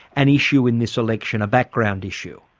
an issue in this election, a background issue?